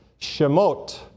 Shemot